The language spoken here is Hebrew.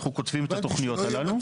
אנחנו כותבים את התוכניות הללו --- רק